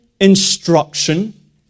instruction